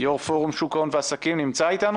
יושב-ראש פורום שוק ההון והעסקים, נמצא איתנו?